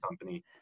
Company